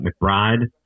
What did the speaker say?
McBride